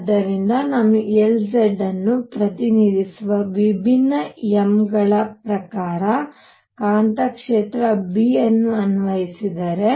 ಆದ್ದರಿಂದ ನಾನು Lz ಅನ್ನು ಪ್ರತಿನಿಧಿಸುವ ವಿಭಿನ್ನ m ಗಳ ಪ್ರಕಾರ ಕಾಂತಕ್ಷೇತ್ರ B ಅನ್ನು ಅನ್ವಯಿಸಿದರೆ